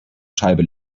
scheibe